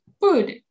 Food